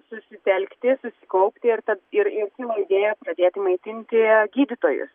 susitelkti susikaupti ir tad ir ir kilo idėja pradėti maitinti gydytojus